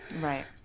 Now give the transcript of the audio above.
Right